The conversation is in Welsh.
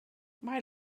mae